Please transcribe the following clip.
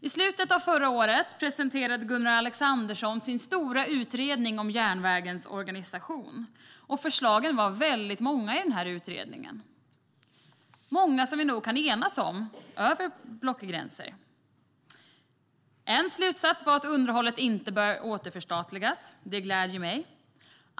I slutet av förra året presenterade Gunnar Alexandersson sin stora utredning om järnvägens organisation. Förslagen i utredningen var många, och många kan vi nog enas om över blockgränserna. En slutsats var att underhållet inte bör återförstatligas. Det gläder mig.